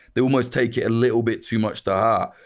they almost take it a little bit too much to heart.